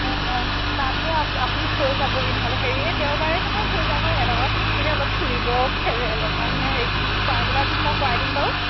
অ অ তাতে আপুনি থৈ যাবহি নহ'লে হেৰি এই দেওবাৰে নহয় থৈ যাব এনে অলপ ফুৰিব অলপমান খোৱা মেলাটো মই কৰাই দিম বাৰু